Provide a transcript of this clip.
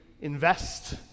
invest